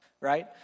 right